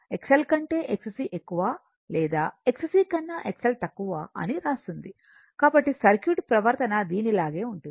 XL కంటే XC ఎక్కువ లేదా XC కన్నా XL తక్కువ అని రాసుంది కాబట్టి సర్క్యూట్ ప్రవర్తన దీని లాగే ఉంటుంది